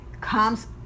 comes